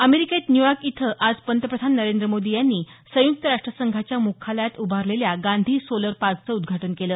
अमेरिकेत न्यूयॉर्क इथं आज पंतप्रधान नरेंद्र मोदी यांनी संयुक्त राष्ट्र संघाच्या मुख्यालयात उभारलेल्या गांधी सोलर पार्कचं उद्घाटन केलं